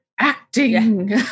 acting